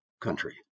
country